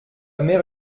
mère